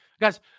Guys